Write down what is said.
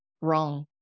wrong